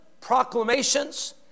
proclamations